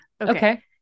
okay